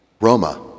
Roma